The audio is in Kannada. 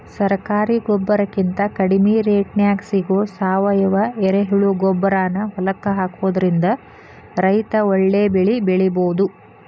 ಸರಕಾರಿ ಗೊಬ್ಬರಕಿಂತ ಕಡಿಮಿ ರೇಟ್ನ್ಯಾಗ್ ಸಿಗೋ ಸಾವಯುವ ಎರೆಹುಳಗೊಬ್ಬರಾನ ಹೊಲಕ್ಕ ಹಾಕೋದ್ರಿಂದ ರೈತ ಒಳ್ಳೆ ಬೆಳಿ ಬೆಳಿಬೊದು